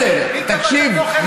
כן, וקיבלתי.